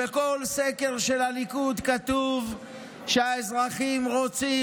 בכל סקר של הליכוד כתוב שהאזרחים רוצים